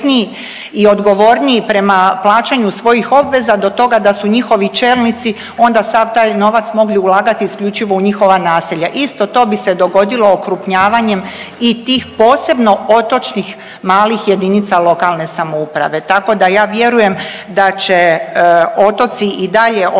i odgovorniji prema plaćanju svojih obveza, do toga da su njihovi čelnici onda sav taj novac mogli ulagati isključivo u njihova naselja, isto to bi se dogodilo okrupnjavanjem i tih posebno otočnih malih jedinice lokalne samouprave, tako da ja vjerujem da će otoci i dalje ostati